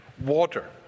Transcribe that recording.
water